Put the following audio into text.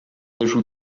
ajout